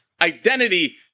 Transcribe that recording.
Identity